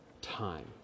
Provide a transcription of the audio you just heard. time